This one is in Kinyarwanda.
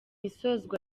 isozwa